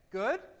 good